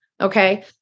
Okay